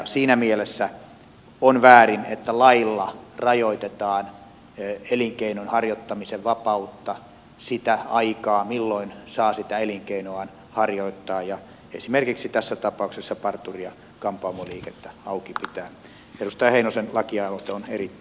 siinä mielessä on väärin että lailla rajoitetaan elinkeinon harjoittamisen vapautta sitä aikaa milloin saa sitä elinkeinoaan harjoittaa ja esimerkiksi tässä tapauksessa parturi ja kampaamoliikettä auki pitää